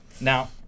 Now